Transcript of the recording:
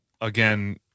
again